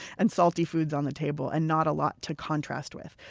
and salty foods on the table and not a lot to contrast with.